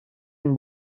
این